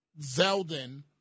Zeldin